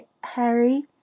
Harry